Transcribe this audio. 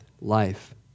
life